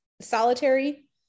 solitary